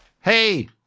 hey